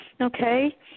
Okay